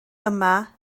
yma